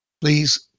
please